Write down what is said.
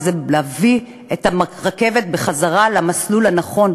כי זה להביא את הרכבת בחזרה למסלול הנכון,